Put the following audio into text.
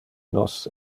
nos